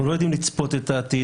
אנחנו לא יודעים לצפות את העתיד.